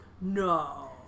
No